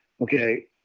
okay